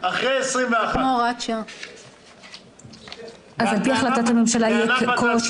אחרי 2021. על פי החלטת הממשלה יהיה קושי